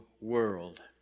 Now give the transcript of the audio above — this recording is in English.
world